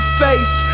face